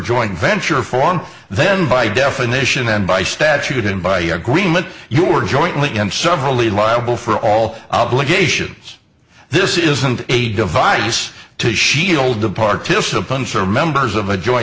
joint venture form then by definition and by statute and by agreement you are jointly and severally liable for all obligations this isn't a device to shield the participants or members of a jo